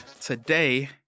today